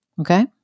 okay